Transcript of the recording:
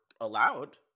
allowed